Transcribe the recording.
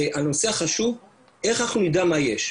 הנושא החשוב של איך אנחנו נדע מה יש.